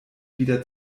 wieder